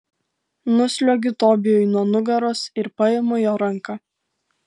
nusliuogiu tobijui nuo nugaros ir paimu jo ranką